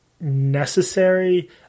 necessary